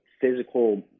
physical